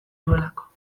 duelako